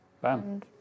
Bam